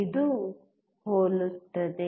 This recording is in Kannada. ಇದು ಹೋಲುತ್ತದೆ